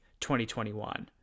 2021